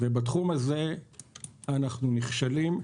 בתחום הזה אנחנו נכשלים.